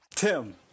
Tim